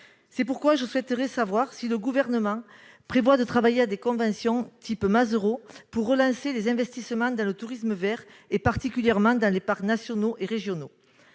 C'est pourquoi je souhaiterais savoir si le Gouvernement prévoit de travailler à des conventions du type « contrats Mazerot », pour relancer les investissements dans le tourisme vert, particulièrement dans les parcs nationaux et régionaux.